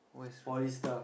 what is perfect